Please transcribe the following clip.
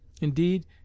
Indeed